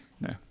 No